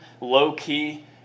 low-key